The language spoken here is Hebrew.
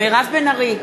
מירב בן ארי,